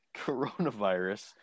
coronavirus